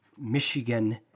Michigan